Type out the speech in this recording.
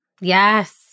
Yes